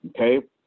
okay